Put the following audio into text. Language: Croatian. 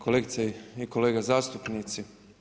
Kolegice i kolege zastupnici.